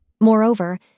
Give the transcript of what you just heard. Moreover